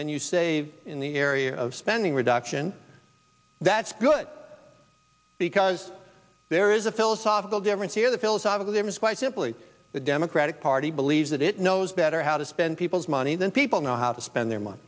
than you save in the area of spending reduction that's good because there is a philosophical n c o the philosophical there is quite simply the democratic party believes that it knows better how to spend people's money than people know how to spend their money